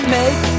make